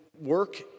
work